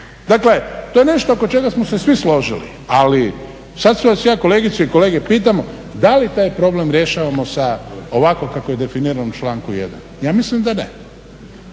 Dakle, to je nešto oko čega smo se svi složili. Ali sad vas ja kolegice i kolege pitam da li taj problem rješavamo sa ovako kako je definirano u članku 1. Ja mislim ne.